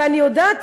אני יודעת,